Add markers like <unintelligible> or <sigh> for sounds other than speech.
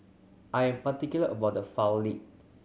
I am particular about the <unintelligible>